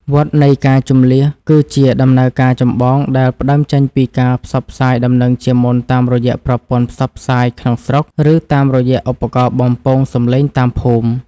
វដ្តនៃការជម្លៀស គឺជាដំណើរការចម្បងដែលផ្តើមចេញពីការផ្សព្វផ្សាយដំណឹងជាមុនតាមរយៈប្រព័ន្ធផ្សព្វផ្សាយក្នុងស្រុក ឬតាមរយៈឧបករណ៍បំពងសំឡេងតាមភូមិ។